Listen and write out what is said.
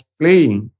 playing